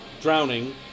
Drowning